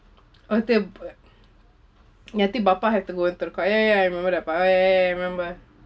oh itu b~ yang tu bapa have to go the ya ya I remember that part I I remember